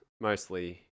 mostly